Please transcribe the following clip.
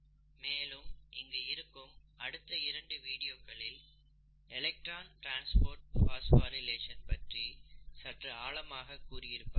மேலும் இங்கு இருக்கும் அடுத்த இரண்டு வீடியோக்களில் எலக்ட்ரான் ட்ரான்ஸ்போர்ட் பாஸ்போரிலேஷன் பற்றி சற்று ஆழமாக கூறியிருப்பார்கள்